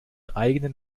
eigenen